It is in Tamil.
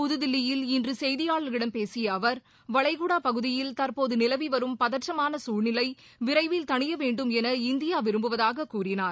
புதுதில்லியில் இன்றுசெய்தியாளர்களிடம் பேசியஅவர் வளைகுடாபகுதியில் தற்போதுநிலவு வரும் பதற்றமானசூழ்நிலைவிரைவில் தணியவேண்டும் என இந்தியாவிரும்புவதாககூறினார்